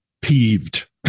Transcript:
peeved